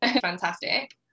Fantastic